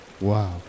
Wow